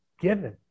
given